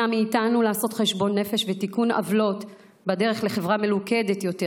מאיתנו לעשות חשבון נפש ותיקון עוולות בדרך לחברה מלוכדת יותר,